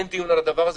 אין דיון על הדבר הזה.